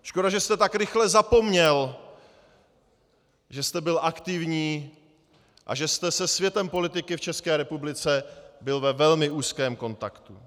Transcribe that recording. Škoda, že jste tak rychle zapomněl, že jste byl aktivní a že jste se světem politiky v České republice byl ve velmi úzkém kontaktu.